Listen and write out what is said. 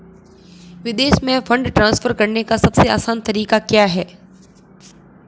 विदेश में fund transfer करने का सबसे आसान तरीका क्या है?